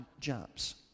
jumps